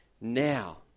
now